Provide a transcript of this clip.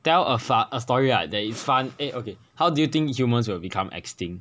tell a story right that is fun eh okay how do you think humans will become extinct